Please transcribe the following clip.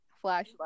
flashlight